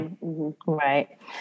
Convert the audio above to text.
Right